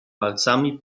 palcami